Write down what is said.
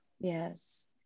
Yes